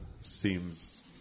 seems